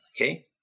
okay